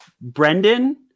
Brendan